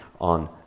on